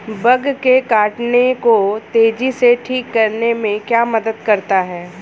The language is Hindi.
बग के काटने को तेजी से ठीक करने में क्या मदद करता है?